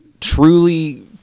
truly